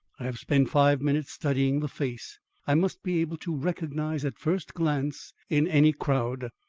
i have spent five minutes studying the face i must be able to recognise at first glance in any crowd.